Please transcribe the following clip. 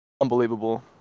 unbelievable